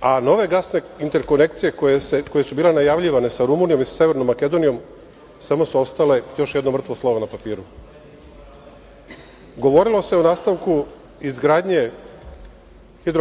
a nove gasne interkonekcije koje su bile najavljivane sa Rumunijom i sa Severnom Makedonijom samo su ostale još jedno mrtvo slovo na papiru. Govorilo se o nastavku izgradnje HE